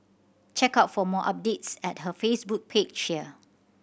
check out for more updates at her Facebook page here